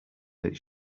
that